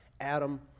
Adam